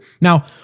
Now